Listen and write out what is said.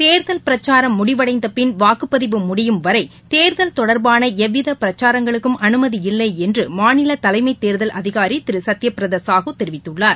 தேர்தல் பிரச்சாரம் முடிவடைந்தபின் வாக்குப் பதிவு முடியும் வரை தேர்தல் தொடர்பான எவ்வித பிரச்சாரங்களுக்கும் அனுமதி இல்லை என்று மாநில தலைமைத் தேர்தல் அதிகாரி திரு சத்யபிரத சாஹூ தெரிவித்துள்ளார்